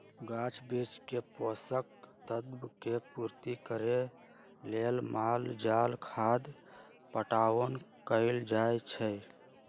गाछ वृक्ष के पोषक तत्व के पूर्ति करे लेल माल जाल खाद पटाओन कएल जाए छै